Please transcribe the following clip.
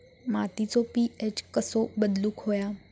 मातीचो पी.एच कसो बदलुक होयो?